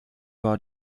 war